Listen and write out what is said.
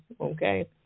okay